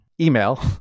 Email